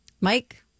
Mike